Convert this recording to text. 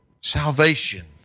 salvation